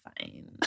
fine